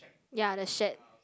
ya the shed